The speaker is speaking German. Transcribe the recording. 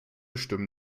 stimmen